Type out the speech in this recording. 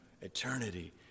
Eternity